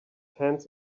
hands